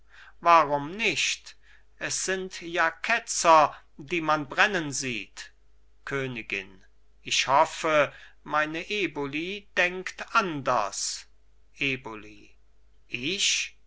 warum nicht es sind ja ketzer die man brennen sieht königin ich hoffe meine eboli denkt anders eboli ich